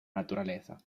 naturaleza